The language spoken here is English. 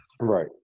Right